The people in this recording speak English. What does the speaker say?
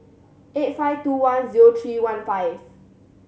eight five two one zero three one five